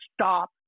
stop